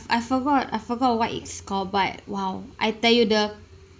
I forgot I forgot what it's called but !wow! I tell you the